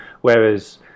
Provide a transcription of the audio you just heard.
Whereas